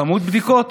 אוה, כמות בדיקות.